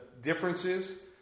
differences